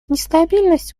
нестабильность